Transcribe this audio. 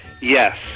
Yes